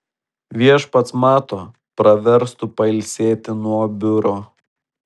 viešpats mato praverstų pailsėti nuo biuro